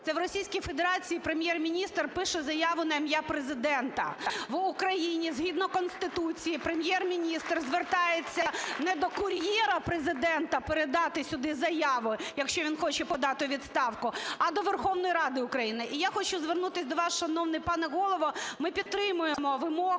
в Російській Федерації Прем'єр-міністр пише заяву на ім'я Президента. В Україні згідно Конституції Прем'єр-міністр звертається не до кур'єра Президента передати сюди заяву, якщо він хоче подати у відставку, а до Верховної Ради України. І я хочу звернутись до вас, шановний пане Голово, ми підтримуємо вимогу,